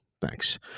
Thanks